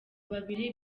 babiri